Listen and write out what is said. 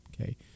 okay